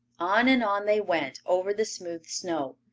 on and on they went, over the smooth snow.